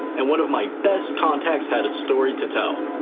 and one of my best contacts had a story to tell.